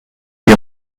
wir